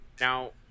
Now